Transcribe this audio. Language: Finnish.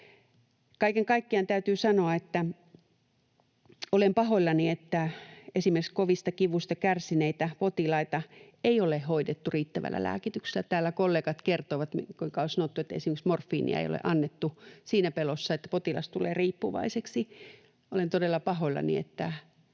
Kaiken kaikkiaan täytyy sanoa, että olen pahoillani, että esimerkiksi kovista kivuista kärsineitä potilaita ei ole hoidettu riittävällä lääkityksellä. Täällä kollegat kertoivat, kuinka on sanottu, että esimerkiksi morfiinia ei ole annettu siinä pelossa, että potilas tulee riippuvaiseksi. Olen todella pahoillani, että